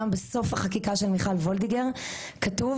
גם בסוף החקיקה של מיכל וולדיגר כתוב